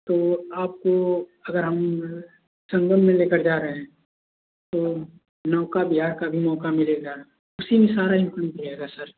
तो आपको अगर हम संगम में लेकर जा रहे हैं तो नौका विहार का भी मौका मिलेगा उसी में सारा मिलेगा सर